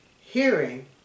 hearing